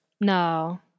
No